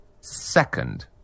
second